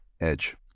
Edge